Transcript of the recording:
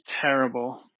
terrible